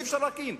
אי-אפשר להקים,